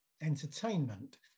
entertainment